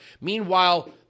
Meanwhile